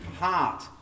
heart